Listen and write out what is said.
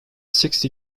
sixty